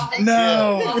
No